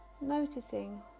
noticing